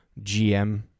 GM